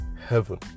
heaven